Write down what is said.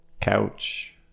couch